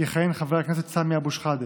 יכהן חבר הכנסת סמי אבו שחאדה,